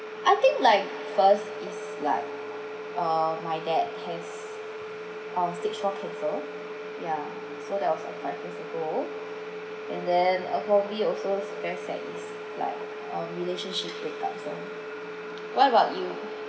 I think like first is like uh my dad has um stage four cancer ya so so that was some months ago and then uh probably also the best is like um relationship breakups lor what about you